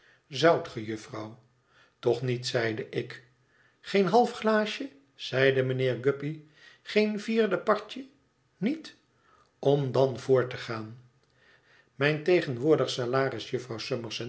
zoudt ge jufvrouw toch niet zeide ik geen half glaasje zeide mijnheer guppy geen vierdepartje niet om dan voort te gaan mijn tegenwoordig